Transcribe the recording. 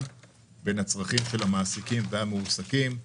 בין הצרכים של המעסיקים לצרכים של המועסקים.